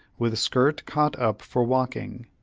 with skirt caught up for walking,